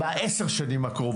כי צריך תקציב מיוחד.